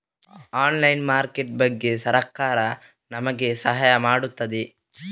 Online market ಬಗ್ಗೆ ಸರಕಾರ ನಮಗೆ ಸಹಾಯ ಮಾಡುತ್ತದೆ?